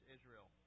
Israel